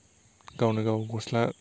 गावनो गाव गस्ला